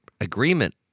agreement